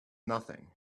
nothing